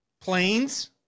planes